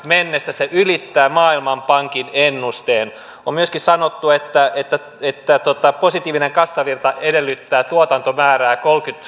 mennessä se ylittää maailmanpankin ennusteen on myöskin sanottu että että positiivinen kassavirta edellyttää tuotantomäärää